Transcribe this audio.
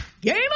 Game